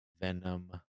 Venom